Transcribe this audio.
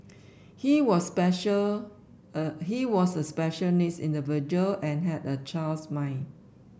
he was special he was a special needs individual and had a child's mind